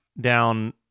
down